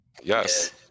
Yes